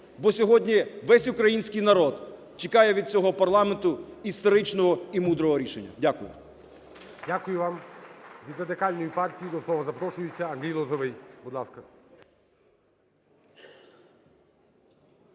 бо сьогодні весь український народ чекає від цього парламенту історичного і мудрого рішення. Дякую. ГОЛОВУЮЧИЙ. Дякую вам. Від Радикальної партії до слова запрошується Андрій Лозовой, будь ласка.